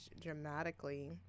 dramatically